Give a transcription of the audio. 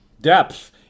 depth